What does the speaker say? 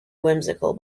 whimsical